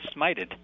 smited